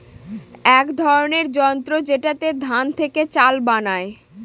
এক ধরনের যন্ত্র যেটাতে ধান থেকে চাল বানায়